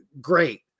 Great